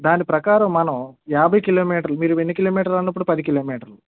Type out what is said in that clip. దాని ప్రకారం మనం యాభై కిలోమీటర్లు మీరు ఎన్ని కిలోమీటర్లు అన్నారు ఇప్పుడు పది కిలోమీటర్లు